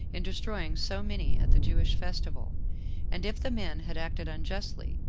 in destroying so many at the jewish festival and if the men had acted unjustly,